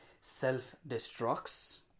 self-destructs